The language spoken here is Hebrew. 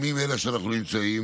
בימים אלה שבהם אנחנו נמצאים,